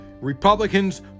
Republicans